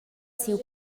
siu